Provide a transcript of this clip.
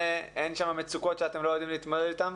ואין שם מצוקות שאתם לא יודעים להתמודד אתן?